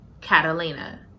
Catalina